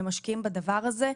הם משקיעים בדבר הזה.